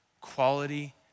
Quality